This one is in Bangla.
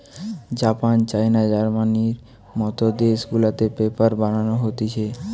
জাপান, চায়না, জার্মানির মত দেশ গুলাতে পেপার বানানো হতিছে